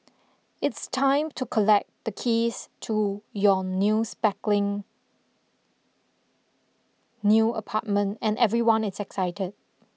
it's time to collect the keys to your new spackling new apartment and everyone is excited